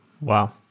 Wow